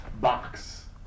box